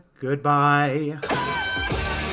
Goodbye